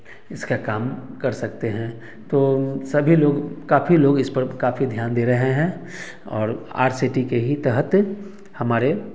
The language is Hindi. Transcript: इसका काम कर सकते हैं तो सभी लोग काफ़ी लोग इस पर काफ़ी ध्यान दे रहे हैं और सी टी के ही तहत हमारे